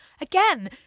again